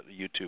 YouTube